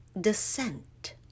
descent